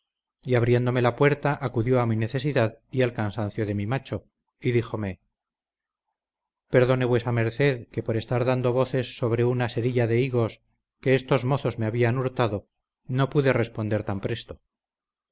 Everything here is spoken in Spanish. y abriéndome la puerta acudió a mi necesidad y al cansancio de mi macho y díjome perdone vuesa merced que por estar dando voces sobre una serilla de higos que estos mozos me habían hurtado no pude responder tan presto